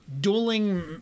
dueling